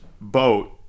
boat